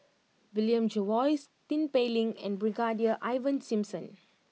William Jervois Tin Pei Ling and Brigadier Ivan Simson